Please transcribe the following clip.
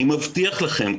אני מבטיח לכם,